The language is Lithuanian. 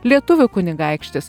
lietuvių kunigaikštis